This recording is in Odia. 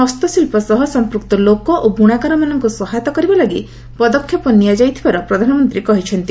ହସ୍ତଶିଳ୍ପ ସହ ସଂପୃକ୍ତ ଲୋକ ଓ ବୁଣାକାରମାନଙ୍କୁ ସହାୟତା କରିବା ଲାଗି ପଦକ୍ଷେପ ନିଆଯାଇଥିବାର ପ୍ରଧାନମନ୍ତ୍ରୀ କହିଛନ୍ତି